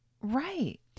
Right